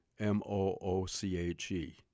M-O-O-C-H-E